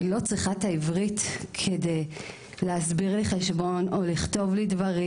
היא לא צריכה את העברית כדי להסביר לי חשבון או לכתוב לי דברים,